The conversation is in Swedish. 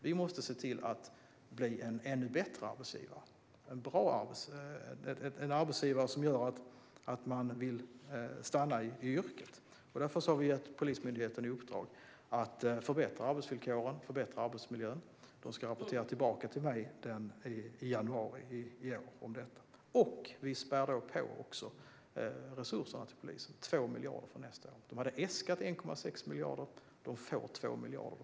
Vi måste se till att vi blir en ännu bättre arbetsgivare, en som gör att man vill stanna i yrket. Därför har vi gett Polismyndigheten i uppdrag att förbättra arbetsvillkoren och arbetsmiljön. De ska rapportera tillbaka till mig om detta i januari. Vi späder också på resurserna till polisen: 2 miljarder från nästa år. De hade äskat 1,6 miljarder, och de får 2 miljarder.